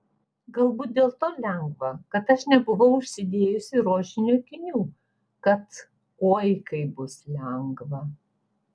galbūt dėl to lengva kad aš nebuvau užsidėjusi rožinių akinių kad oi kaip bus lengva